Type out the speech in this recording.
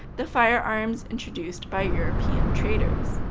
the firearms introduced by european traders.